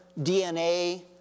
DNA